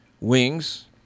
wings